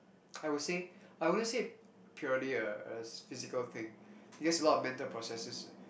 I would say I wouldn't say purely a a physical thing it has a lot of mental processes